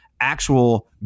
actual